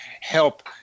help